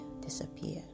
disappear